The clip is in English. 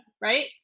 right